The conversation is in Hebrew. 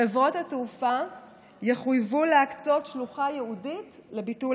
חברות התעופה יחויבו להקצות שלוחה ייעודית לביטול